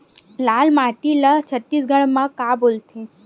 लाल माटी ला छत्तीसगढ़ी मा का बोलथे?